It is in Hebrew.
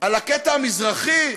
על הקטע המזרחי,